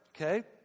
okay